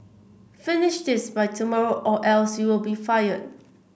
finish this by tomorrow or else you'll be fired